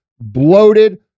bloated